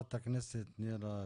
חברת הכנסת נירה שפק,